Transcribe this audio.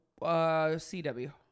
cw